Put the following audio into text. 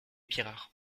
pirard